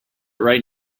start